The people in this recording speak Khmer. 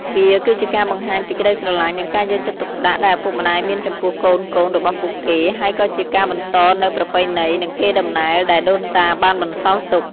វាគឺជាការបង្ហាញពីក្តីស្រឡាញ់ និងការយកចិត្តទុកដាក់ដែលឪពុកម្តាយមានចំពោះកូនៗរបស់ពួកគេ ហើយក៏ជាការបន្តនូវប្រពៃណី និងកេរដំណែលដែលដូនតាបានបន្សល់ទុក។